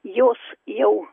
jos jau